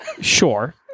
Sure